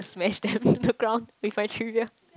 smash them in the ground with my trivia